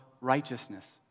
righteousness